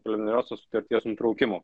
preliminariosios sutarties nutraukimo